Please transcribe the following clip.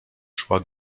szła